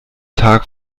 tag